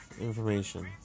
information